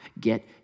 Get